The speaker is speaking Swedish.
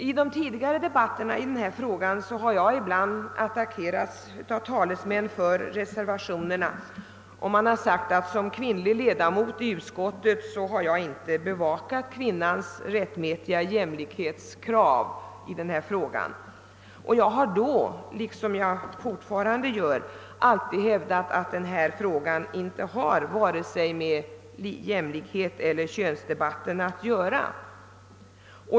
I de tidigare debatterna i frågan har jag ibland attackerats av talesmän för reservationerna, och det har framhållits att jag som kvinnlig ledamot av utskottet borde ha beaktat kvinnans rättmätiga jämlikhetskrav. Jag har då, som jag fortfarande vill göra, alltid hävdat att frågan inte har med vare sig jämlikhet eller könsdebatt att göra.